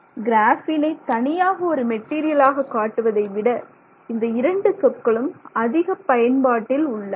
கிராஃபீனை தனியாக ஒரு மெட்டீரியலாக காட்டுவதைவிட இந்த இரண்டு சொற்களும் அதிகப் பயன்பாட்டில் உள்ளன